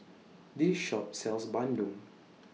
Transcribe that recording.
This Shop sells Bandung